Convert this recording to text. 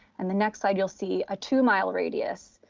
and the next side, you'll see a two mile radius,